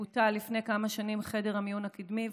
לפני כמה שנים בוטל חדר המיון הקדמי,